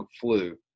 flu